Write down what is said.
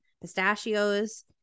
pistachios